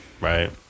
Right